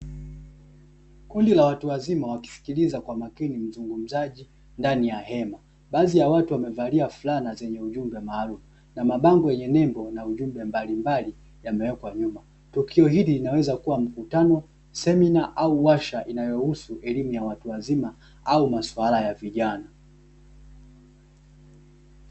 Kundi la watu wazima wakisikiliza kwa umakini mzungumzaji ndani ya hema. Baadhi ya watu wamevalia fulana zenye ujumbe maalumu na mabango yenye nadharia fulani yenye ujumbe maalumu na ujumbe mbalimbali tukio hili linaweza kuwa mkutano ya watu wazima au maswala ya vijana.